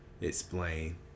explain